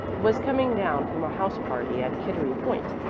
was coming down from a house party at kittery point,